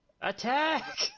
Attack